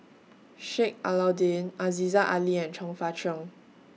Sheik Alau'ddin Aziza Ali and Chong Fah Cheong